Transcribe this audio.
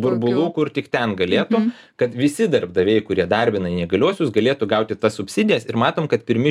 burbulų kur tik ten galėtum kad visi darbdaviai kurie įdarbina neįgaliuosius galėtų gauti tas subsidijas ir matom kad pirmi